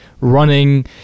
running